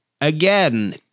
Again